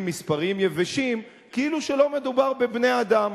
מספריים יבשים כאילו שלא מדובר בבני-אדם,